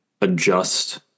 adjust